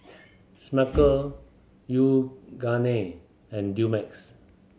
Smucker Yoogane and Dumex